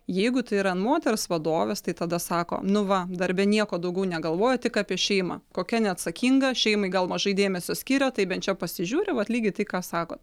jeigu tai yra an moters vadovės tai tada sako nu va darbe nieko daugiau negalvoja tik apie šeimą kokia neatsakinga šeimai gal mažai dėmesio skiria tai bent čia pasižiūri vat lygiai tai ką sakot